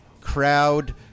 crowd